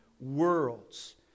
worlds